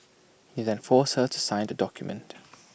he then forced her to sign the document